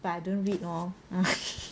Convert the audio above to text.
but I don't read lor